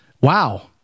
Wow